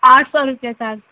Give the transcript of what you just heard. آٹھ سو روپیہ چارج